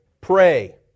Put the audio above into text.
Pray